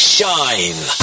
Shine